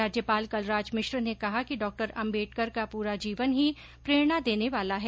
राज्यपाल कलराज मिश्र ने कहा कि डॉ अम्बेडकर का पूरा जीवन ही प्रेरणा देने वाला है